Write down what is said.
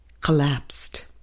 collapsed